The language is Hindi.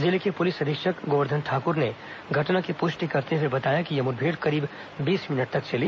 जिले के पुलिस अधीक्षक गोवर्धन ठाकुर ने घटना की पुष्टि करते हुए बताया कि यह मुठभेड़ करीब बीस मिनट तक चली